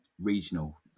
regional